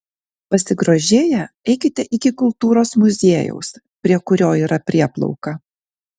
pasigrožėję eikite iki kultūros muziejaus prie kurio yra prieplauka